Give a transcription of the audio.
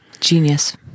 Genius